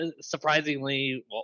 surprisingly